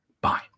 bye